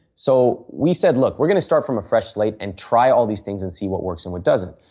so, we said look, we are going to start from a fresh slate and try all these things and see what works and what doesn't.